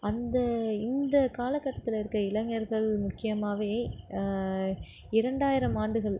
அந்த இந்த காலக்கட்டத்தில் இருக்க இளைஞர்கள் முக்கியமாகவே இரண்டாயிரம் ஆண்டுகள்